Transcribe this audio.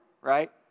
right